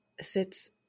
sits